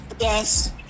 Yes